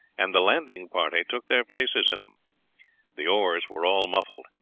and the landing party took their places in them the oars were all muffled,